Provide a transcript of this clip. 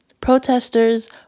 Protesters